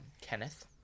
Kenneth